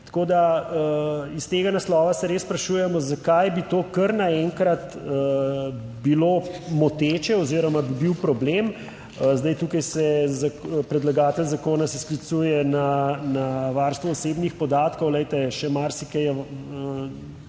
Tako da iz tega naslova se res sprašujemo, zakaj bi to kar naenkrat bilo moteče oziroma bi bil problem. Tukaj se predlagatelj zakona sklicuje na varstvo osebnih podatkov, glejte, še marsikaj je